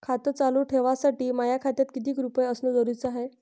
खातं चालू ठेवासाठी माया खात्यात कितीक रुपये असनं जरुरीच हाय?